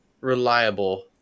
reliable